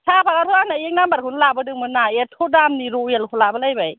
सापातयाथ' आंना एक नाम्बारखौनो लाबोदोंमोन ना एत्त' दामनि रयेलखौ लाबोलायबाय